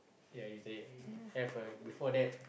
ya is that have a before that